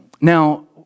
Now